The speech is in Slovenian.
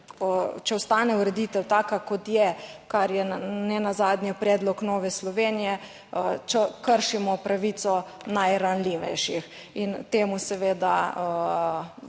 če ostane ureditev taka kot je, kar je nenazadnje predlog Nove Slovenije kršimo pravico najranljivejših in temu seveda temu